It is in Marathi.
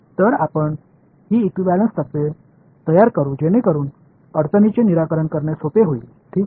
तर आपण ही इक्विव्हॅलेंस तत्त्वे तयार करू जेणेकरून अडचणीचे निराकरण करणे सोपे होईल ठीक आहे